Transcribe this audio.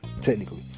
technically